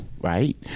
right